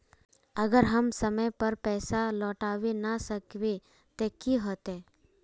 अगर हम समय पर पैसा लौटावे ना सकबे ते की होते?